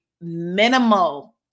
minimal